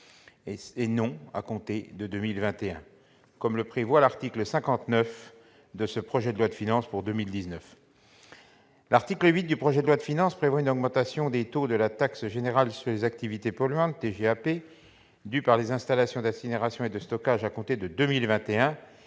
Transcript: et non à compter de 2021 comme le dispose l'article 59 de ce projet de loi de finances. L'article 8 du texte prévoit une augmentation des taux de la taxe générale sur les activités polluantes due par les installations d'incinération et de stockage à compter de 2021,